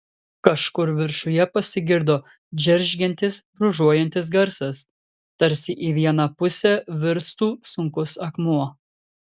kažkur viršuje pasigirdo džeržgiantis brūžuojantis garsas tarsi į vieną pusę virstų sunkus akmuo